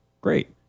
great